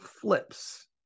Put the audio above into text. flips